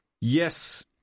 Yes